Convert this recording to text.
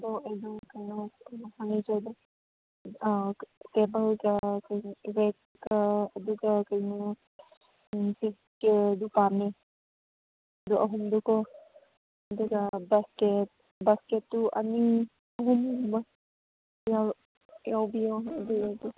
ꯑꯗꯣ ꯑꯩꯗꯨ ꯀꯩꯅꯣ ꯀꯩꯅꯣ ꯍꯪꯒꯦꯕ ꯑꯥ ꯇꯦꯕꯜꯒ ꯀꯩꯅꯣ ꯔꯦꯒꯀ ꯑꯗꯨꯒ ꯀꯩꯅꯣ ꯄꯥꯝꯃꯦ ꯑꯗꯨ ꯑꯍꯨꯝꯗꯨꯀꯣ ꯑꯗꯨꯒ ꯕꯥꯁꯀꯦꯠ ꯕꯥꯁꯀꯦꯠꯇꯨ ꯑꯅꯤ ꯑꯍꯨꯝꯒꯨꯝꯕ ꯌꯥꯎꯕꯤꯌꯣ ꯑꯗꯨ ꯑꯣꯏꯔꯗꯤ